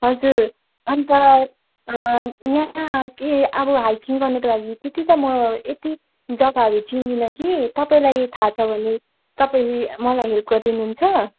हजुर अन्त यहाँ के अब हाइकिङ गर्नुको लागि त्यति त म यति जग्गाहरू चिन्दिनँ कि तपाईँलाई थाहा छ भने तपाईँले मलाई हेल्प गरिदिनुहुन्छ